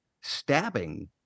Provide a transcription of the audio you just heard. stabbing